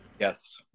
Yes